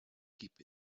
keep